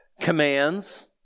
commands